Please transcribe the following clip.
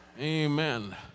Amen